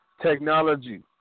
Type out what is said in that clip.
technology